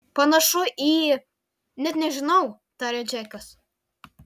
panašu į net nežinau tarė džekas